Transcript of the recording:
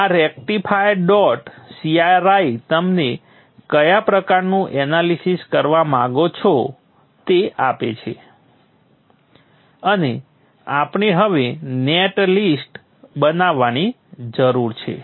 આ rectifier dot cir તમને કયા પ્રકારનું એનાલિસીસ કરવા માગે છે તે આપે છે અને આપણે હવે નેટ લિસ્ટ બનાવવાની જરૂર છે